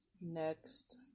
next